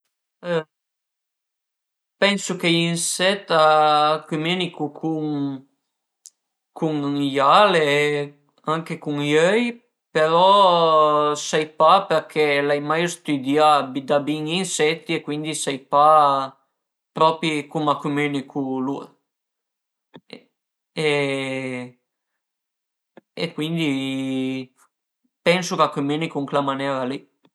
Pensu chë i inset a cumünicu cun i ale e a cun i öi però sai pa përché l'ai mai stüdià da bin i insetti e cuindi sai pa propi cum a cumünicun lur e cuindi pensu ch'a cumünicu ën chela maniera li